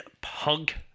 punk